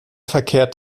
verkehrt